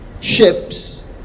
ships